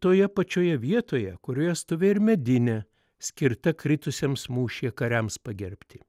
toje pačioje vietoje kurioje stovėjo medinė skirta kritusiems mūšyje kariams pagerbti